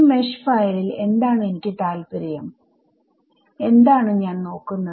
ഈ മെഷ് ഫയലിൽ എന്താണ് എനിക്ക് താല്പര്യം എന്താണ് ഞാൻ നോക്കുന്നത്